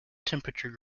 temperature